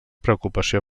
preocupació